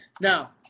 Now